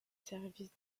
services